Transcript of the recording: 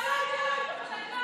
אתה לא היית פה דקה.